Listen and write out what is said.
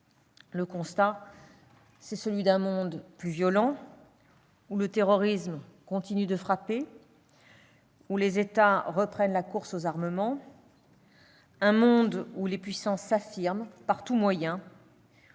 Le constat est celui d'un monde plus violent, où le terrorisme continue de frapper, où les États reprennent la course aux armements. Un monde où les puissances s'affirment par tous moyens,